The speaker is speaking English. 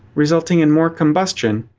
resulting in more combustion,